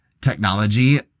technology